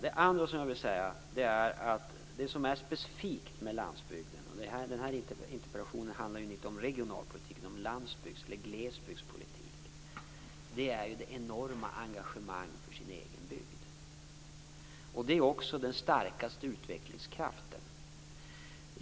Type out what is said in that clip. Det andra jag vill säga är att det som är specifikt med landsbygden - den här interpellationen handlar ju inte om regionalpolitik utan om landsbygds eller glesbygdspolitik - är de enorma engagemanget för den egna bygden. Det är också den starkaste utvecklingskraften.